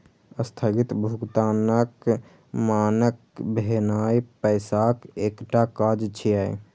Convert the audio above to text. स्थगित भुगतानक मानक भेनाय पैसाक एकटा काज छियै